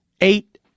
eight